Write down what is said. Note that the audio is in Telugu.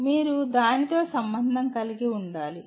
మీరు దానితో సంబంధం కలిగి ఉండాలి